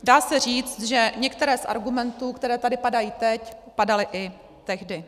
Dá se říct, že některé z argumentů, které tady padají teď, padaly i tehdy.